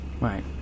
Right